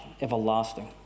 everlasting